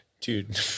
Dude